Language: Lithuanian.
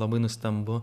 labai nustembu